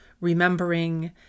remembering